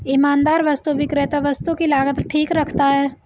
ईमानदार वस्तु विक्रेता वस्तु की लागत ठीक रखता है